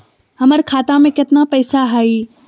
हमर खाता मे केतना पैसा हई?